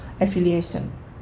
affiliation